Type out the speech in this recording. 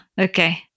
Okay